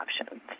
options